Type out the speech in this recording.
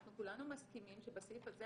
אנחנו כולנו מסכימים שבסעיף הזה,